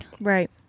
Right